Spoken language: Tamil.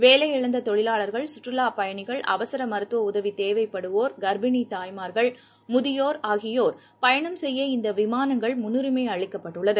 வேலையிழந்த தொழிலாளர்கள் சுற்றலா பயனிகள் அவசர மருத்துவ உதவி தேவைப்படுவோர் கர்ப்பிணி தாய்மார் முதியோர் ஆகியோர் பயணம் செய்ய இந்த விமானங்களில் முன்னுரிமை அளிக்கப்பட்டது